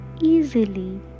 easily